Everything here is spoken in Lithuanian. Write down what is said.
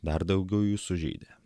dar daugiau jų sužeidė